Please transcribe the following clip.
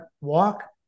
walk